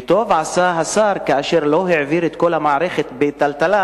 וטוב עשה השר כאשר לא העביר את כל המערכת טלטלה,